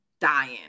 dying